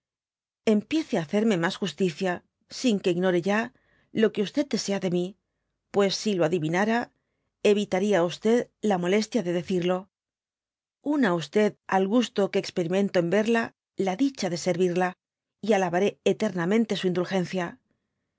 á hacerme mas justicia sin que ignore ya lo que desea de mi puesvsi lo adivinara y evitaria á la molestia de decirlo una al gusto que experimento en verla la dicha de servirla y alabaré eternamente su indulgencia